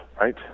right